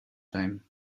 time